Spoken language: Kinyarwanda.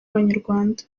y’abanyarwanda